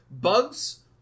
Bugs